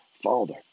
Father